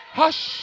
hush